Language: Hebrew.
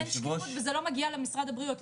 אין שקיפות וזה לא מגיע למשרד הבריאות,